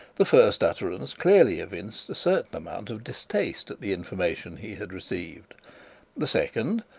the first utterances clearly evinced a certain amount of distaste at the information he had received the second,